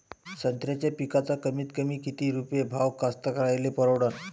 संत्र्याचा पिकाचा कमीतकमी किती रुपये भाव कास्तकाराइले परवडन?